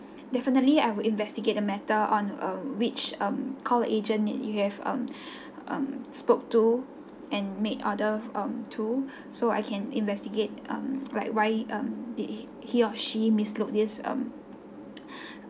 definitely I would investigate the matter on um which um call agent you have um um spoke to and made order um to so I can investigate um like why um did he or she mislooked this um